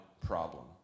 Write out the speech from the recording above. problem